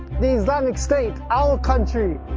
the islamic state, our country,